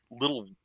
little